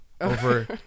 over